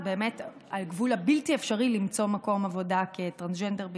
זה באמת על גבול הבלתי-אפשרי למצוא עבודה כטרנסג'נדר בישראל,